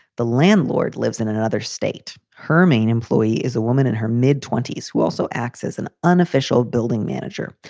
the landlord lives in in another state. her main employee is a woman in her mid twenty s who also acts as an unofficial building manager.